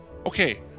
Okay